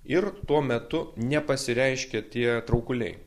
ir tuo metu nepasireiškia tie traukuliai